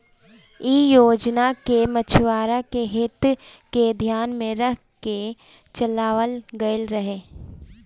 इ योजना के मछुआरन के हित के धियान में रख के चलावल गईल रहे